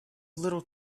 little